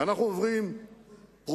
ואנחנו עוברים פרויקט-פרויקט,